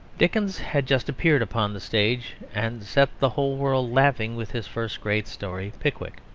dickens had just appeared upon the stage and set the whole world laughing with his first great story pickwick.